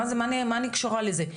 מה אני קשורה לזה?